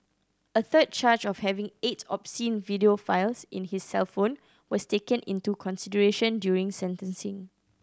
a third charge of having eight obscene video files in his cellphone was taken into consideration during sentencing